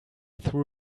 threw